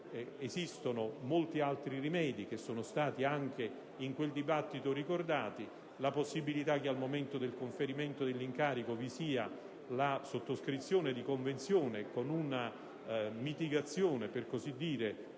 esistono molti altri rimedi, che sono stati anche in quel dibattito ricordati, come la possibilità che al momento del conferimento dell'incarico vi sia la sottoscrizione di convenzione con una mitigazione, per così dire,